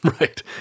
right